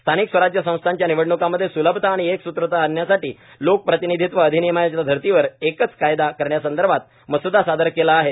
स्थानिक स्वराज्य संस्थांच्या निवडण्कांमध्ये स्लभता आणि एकसूत्रता आणण्यासाठी लोकप्रतिनिधित्व अधिनियमाच्या धर्तीवर एकच कायदा करण्यासंदर्भात मसुदा सादर केला आहे